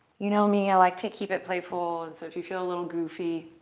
you know me. i like to keep it playful. and so if you feel a little goofy,